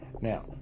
now